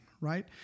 right